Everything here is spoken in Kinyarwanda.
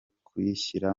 kuyishyira